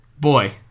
Boy